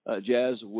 Jazz